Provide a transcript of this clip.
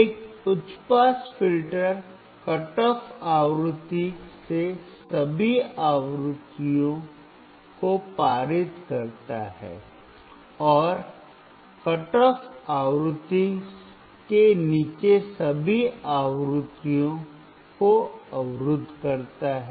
एक उच्च pass filter cut off आवृत्ति से सभी आवृत्तियों को पारित करता है और कट ऑफ आवृत्ति के नीचे सभी आवृत्तियों को अवरुद्ध करता है